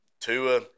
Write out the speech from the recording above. Tua